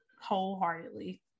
wholeheartedly